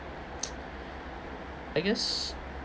I guess